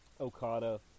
Okada